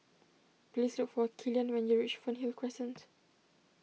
please look for Killian when you reach Fernhill Crescent